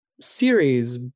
series